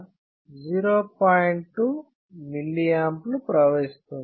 2 mA లు ప్రవహిస్తుంది